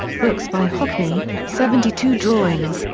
books by hockney seventy two drawings,